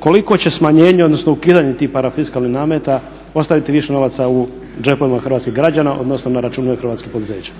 koliko će smanjenje odnosno ukidanje tih parafiskalnih nameta ostaviti više novaca u džepovima hrvatskih građana odnosno na računima hrvatskih poduzeća?